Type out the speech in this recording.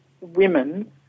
women